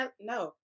No